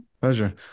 Pleasure